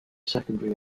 secondary